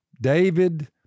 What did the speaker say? david